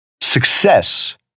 Success